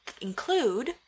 include